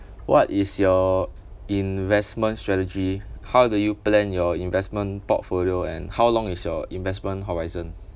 what is your investment strategy how do you plan your investment portfolio and how long is your investment horizon